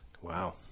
Wow